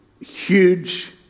huge